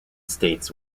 states